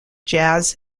jazz